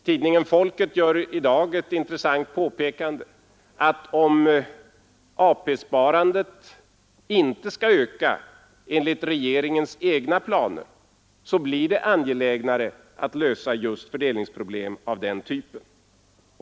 Tidningen Folket främjande åtgärder gör i dag det intressanta påpekandet, att om AP-sparandet inte skall öka enligt regeringens egna planer, så blir det angelägnare att lösa just fördelningsproblem av den typen.